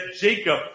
Jacob